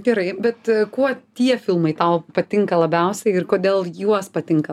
gerai bet kuo tie filmai tau patinka labiausiai ir kodėl juos patinka